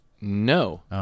No